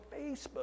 Facebook